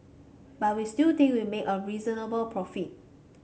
but we still think we made a reasonable profit